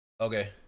okay